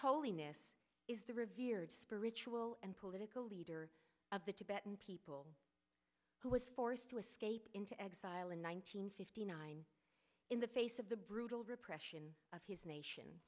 holiness is the revered spiritual and political leader of the tibetan people who was forced to escape into exile in one nine hundred fifty nine in the face of the brutal repression of his nation